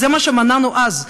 זה מה שמנענו אז,